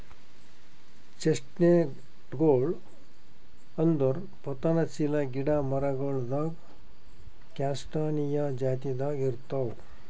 ಚೆಸ್ಟ್ನಟ್ಗೊಳ್ ಅಂದುರ್ ಪತನಶೀಲ ಗಿಡ ಮರಗೊಳ್ದಾಗ್ ಕ್ಯಾಸ್ಟಾನಿಯಾ ಜಾತಿದಾಗ್ ಇರ್ತಾವ್